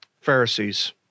Pharisees